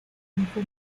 grifo